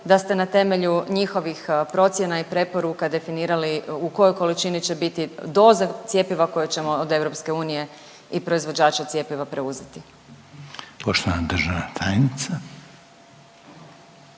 da ste na temelju njihovih procjena i preporuka definirali u kojoj količini će biti doze cjepiva koje ćemo od EU i proizvođača cjepiva preuzeti. **Reiner, Željko